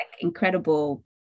incredible